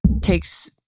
takes